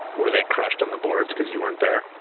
were they crushed on the boards because you weren't there?